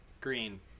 Green